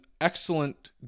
excellent